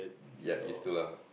ya used to lah